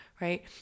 right